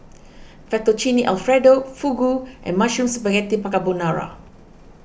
Fettuccine Alfredo Fugu and Mushroom Spaghetti Carbonara